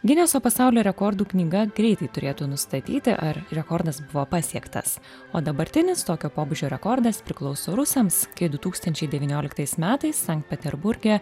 gineso pasaulio rekordų knyga greitai turėtų nustatyti ar rekordas buvo pasiektas o dabartinis tokio pobūdžio rekordas priklauso rusams kai du tūkstančiai devynioliktais metais sankt peterburge